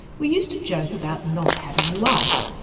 we used to joke about not having a life.